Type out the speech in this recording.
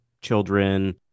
children